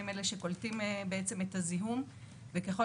הם אלה שקולטים בעצם את הזיהום וככל